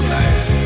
nice